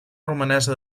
romanesa